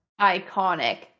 iconic